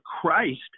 Christ